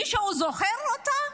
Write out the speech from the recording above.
מישהו זוכר אותה?